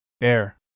Air